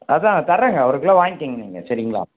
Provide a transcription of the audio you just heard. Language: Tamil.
அதுதான் தரேங்க ஒரு கிலோ வாய்ங்கிங்க நீங்கள் சரிங்களா